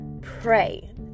Pray